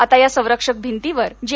आता या संरक्षक भिंतीवर जे